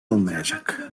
olmayacak